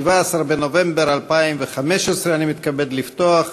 17 בנובמבר 2015. אני מתכבד לפתוח